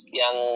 yang